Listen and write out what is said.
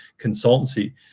consultancy